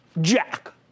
Jack